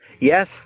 Yes